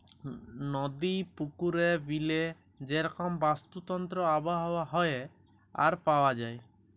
নদি, পুকুরে, বিলে যে রকম বাস্তুতন্ত্র আবহাওয়া হ্যয়ে আর পাওয়া যায়